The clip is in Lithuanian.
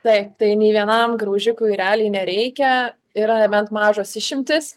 taip tai nei vienam graužikui realiai nereikia yra bent mažos išimtys